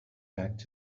packed